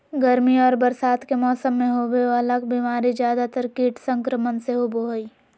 गर्मी और बरसात के मौसम में होबे वला बीमारी ज्यादातर कीट संक्रमण से होबो हइ